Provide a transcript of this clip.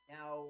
Now